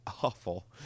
awful